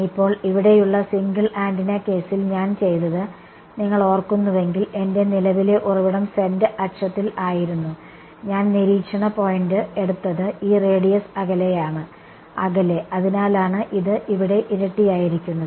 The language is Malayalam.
ഇപ്പോൾ ഇവിടെയുള്ള സിംഗിൾ ആന്റിന കേസിൽ ഞാൻ ചെയ്തത് നിങ്ങൾ ഓർക്കുന്നുവെങ്കിൽ എന്റെ നിലവിലെ ഉറവിടം z അക്ഷത്തിൽ ആയിരുന്നു ഞാൻ നിരീക്ഷണ പോയിന്റ് എടുത്തത് ഈ റേഡിയസ് അകലെയാണ് അകലെ അതിനാലാണ് ഇത് ഇവിടെ ഇരട്ടിയായിരിക്കുന്നത്